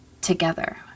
together